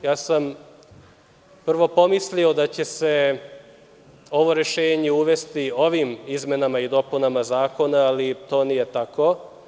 Prvo sam pomislio da će se ovo rešenje uvesti ovim izmenama i dopunama zakona, ali to nije tako.